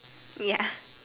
ya